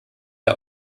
der